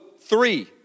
three